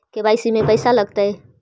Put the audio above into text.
KYC में पैसा लगतै?